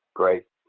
great.